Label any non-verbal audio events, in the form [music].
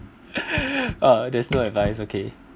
[breath] uh there's no advice okay